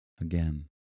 Again